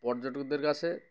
পর্যটকদের কাছে